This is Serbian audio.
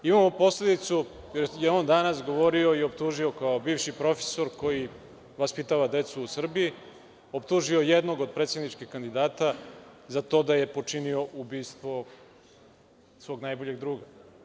Imamo posledicu da je on danas govorio i optužio, kao bivši profesor koji vaspitava decu u Srbiji, jednog od predsedničkih kandidata za to da je počinio ubistvo svog najboljeg druga.